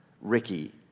Ricky